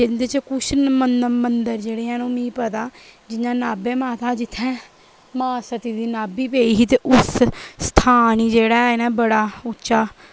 जिं'दे च कुछ मंदर जेह्डे हैन मिगी पता जि'यां नाभे माता जित्थै मां सती दी नाभी पेई ही ते हून अस स्थान जेह्ड़ा बड़ा उच्चा